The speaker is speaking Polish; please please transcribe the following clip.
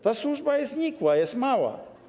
Ta służba jest nikła, jest mała.